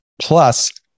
Plus